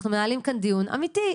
ואנחנו מנהלים פה דיון אמיתי.